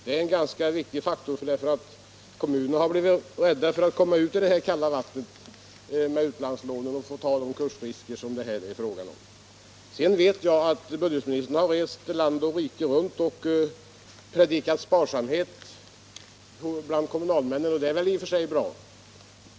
Det är en ganska viktig faktor, eftersom kommunerna har blivit rädda för att komma ut i det kalla vattnet på utlandsmarknaden, med de kursrisker som detta innebär. Jag vet att budgetministern har rest land och rike runt och predikat sparsamhet bland kommunalmännen, och det är i och för sig bra.